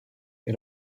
est